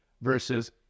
versus